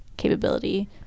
capability